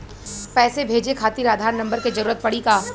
पैसे भेजे खातिर आधार नंबर के जरूरत पड़ी का?